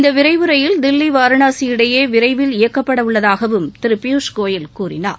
இந்த விரைவு ரயில் தில்லி வாரணாசி இடையே விரைவில் இயக்கப்படவுள்ளதாகவும் திரு பியூஷ் கோயல் கூறினார்